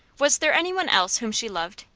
was there any one else whom she loved?